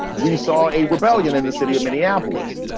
we saw a rebellion in the city of minneapolis.